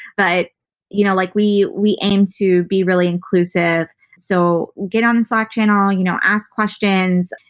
but you know like we we aim to be really inclusive. so get on the slack channel, you know ask questions.